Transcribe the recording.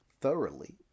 thoroughly